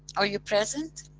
are you present?